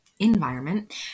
environment